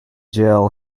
jail